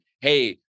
hey